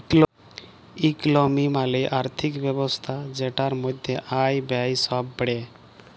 ইকলমি মালে আর্থিক ব্যবস্থা জেটার মধ্যে আয়, ব্যয়ে সব প্যড়ে